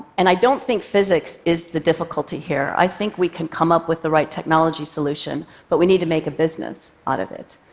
and i don't think physics is the difficulty here. i think we can come up with the right technology solution, but we need to make a business out of it,